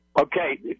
Okay